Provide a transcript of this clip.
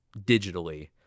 digitally